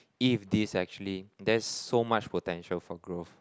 if this actually there's so much potential for growth